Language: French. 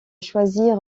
choisir